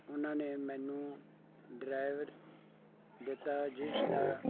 ਉਨ੍ਹਾਂ ਨੇ ਮੈਨੂੰ ਡਰਾਈਵਰ ਦਿੱਤਾ ਜਿਸ ਦਾ